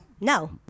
No